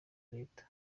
leta